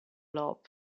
love